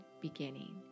beginning